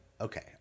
Okay